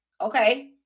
Okay